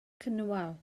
cynwal